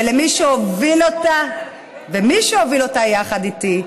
ומי שהוביל אותה יחד איתי,